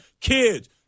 Kids